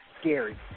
scary